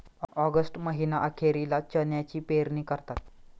August महीना अखेरीला चण्याची पेरणी करतात